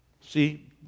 See